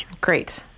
Great